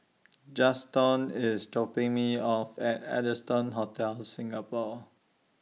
Juston IS dropping Me off At Allson Hotel Singapore